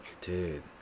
Dude